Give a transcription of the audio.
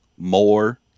more